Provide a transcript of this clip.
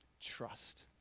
Trust